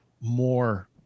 more